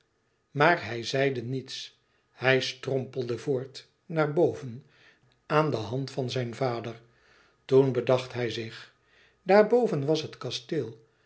maar hij zeide niets hij strompelde voort naar boven aan de hand van zijn vader toen bedacht hij zich daarboven was het kasteel